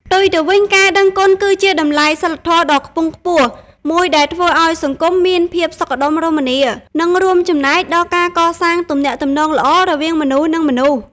ផ្ទុយទៅវិញ ការដឹងគុណគឺជាតម្លៃសីលធម៌ដ៏ខ្ពង់ខ្ពស់មួយដែលធ្វើឲ្យសង្គមមានភាពសុខដុមរមនា និងរួមចំណែកដល់ការកសាងទំនាក់ទំនងល្អរវាងមនុស្សនិងមនុស្ស។